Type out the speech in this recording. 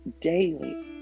daily